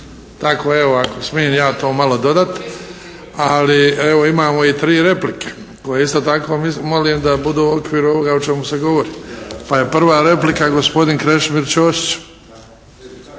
Tako evo ako smijem ja to malo dodati. Ali, evo imamo i tri replike koje isto tako molim da budu u okviru ovoga o čemu se govori. Prva replika je gospodin Krešimir Ćosić.